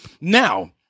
Now